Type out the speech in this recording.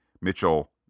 Mitchell